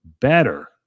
better